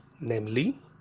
namely